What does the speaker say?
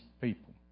people